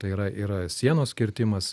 tai yra ir sienos kirtimas